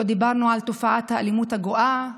לא דיברנו על תופעת האלימות הגואה,